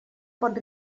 pot